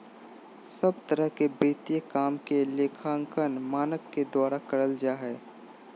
सब तरह के वित्तीय काम के लेखांकन मानक के द्वारा करल जा हय